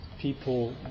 people